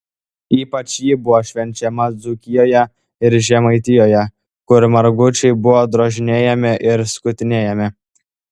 ypač ji buvo švenčiama dzūkijoje ir žemaitijoje kur margučiai buvo drožinėjami ir skutinėjami